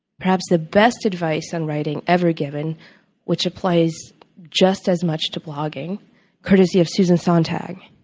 perhaps the best advice on writing ever given which applies just as much to blogging courtesy of susan sontag,